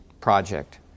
project